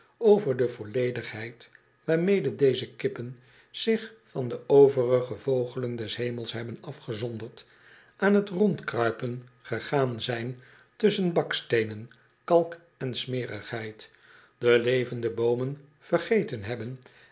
over de volledigheid waarmede deze kippen zich van de overige vogelen des hemels hebben afgezonderd aan trondkruipen gegaan zijn tusschen baksteenen kalk en smerigheid de levende boomen vergeten hebben